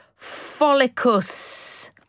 Follicus